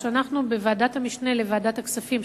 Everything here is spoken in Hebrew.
שאנחנו בוועדת המשנה של ועדת הכספים,